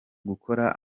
gukora